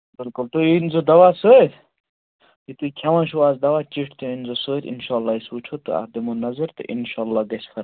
بِلکُل تُہۍ أنۍ زیٚو دوا سۭتۍ یہِ تُہۍ کھیٚوان چھِو اَز دوا چِٹھۍ تہِ أنۍ زیٚو سۭتۍ اِنشاءاللہ أسۍ وُچھو تہٕ اتھ دِمو نظرتہٕ انشاءاللہ گَژھِ فَرق